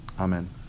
Amen